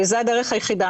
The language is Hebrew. זו הדרך היחידה.